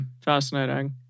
Fascinating